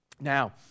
Now